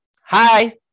Hi